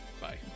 Bye